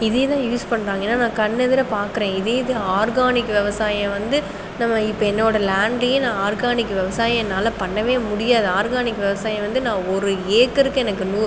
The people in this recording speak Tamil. இதேதான் யூஸ் பண்ணுறாங்கன்னு நான் கண்ணெதிரை பார்க்கிறேன் இதேதான் ஆர்கானிக் விவசாயம் வந்து நம்ம இப்பே என்னோடய லேண்டயே நான் ஆர்கானிக் விவசாயம் என்னால் பண்ணவே முடியாது ஆர்கானிக் விவசாயம் வந்து நான் ஒரு ஏக்கருக்கு எனக்கு நூறு